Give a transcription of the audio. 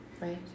Right